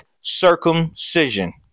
circumcision